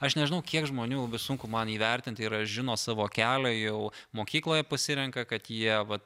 aš nežinau kiek žmonių sunku man įvertint yra žino savo kelią jau mokykloje pasirenka kad jie vat